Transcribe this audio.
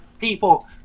people